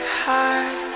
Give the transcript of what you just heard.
heart